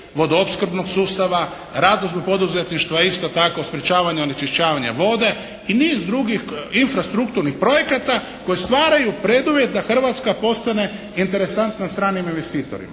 vodoopskrbnog sustava, razvoj poduzetništva, isto tako sprječavanje onečišćavanja vode i niz drugih infra strukturnih projekata koji stvaraju preduvjet da Hrvatska postane interesantna stranim investitorima.